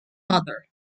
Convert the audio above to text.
mother